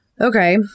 Okay